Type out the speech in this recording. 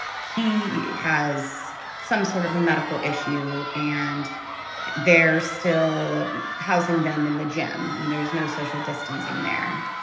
he has some sort of a medical issue and they're still housing them in the gym. and there's no social distancing there.